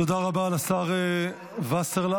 תודה רבה לשר וסרלאוף.